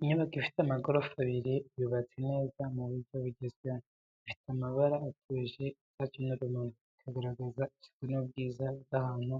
Inyubako ifite amagorofa abiri, yubatse neza mu buryo bugezweho. Ifite amabara atuje, icyatsi n’urumuri bikagaragaza isuku n’ubwiza bw’ahantu